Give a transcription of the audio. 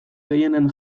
gehienen